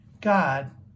God